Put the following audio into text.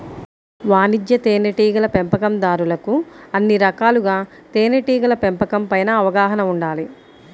వాణిజ్య తేనెటీగల పెంపకందారులకు అన్ని రకాలుగా తేనెటీగల పెంపకం పైన అవగాహన ఉండాలి